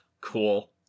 Cool